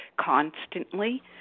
constantly